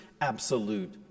absolute